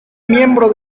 miembro